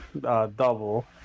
Double